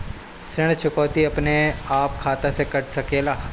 ऋण चुकौती अपने आप खाता से कट सकेला?